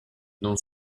non